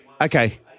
Okay